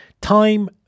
Time